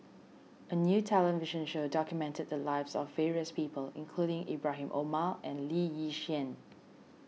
a new television show documented the lives of various people including Ibrahim Omar and Lee Yi Shyan